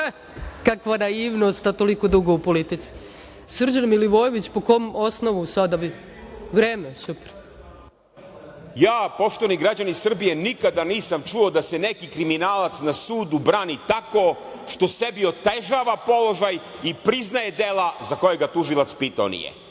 kakva naivnost, a toliko dugo u politici. Srđan Milivojević, po kom osnovu sada vi. Vreme. Izvolite. **Srđan Milivojević** Ja poštovani građani Srbije nikad nisam čuo da se neki kriminalac na sudu brani tako što sebi otežava položaj i priznaje dela za koja ga tužilac pitao nije.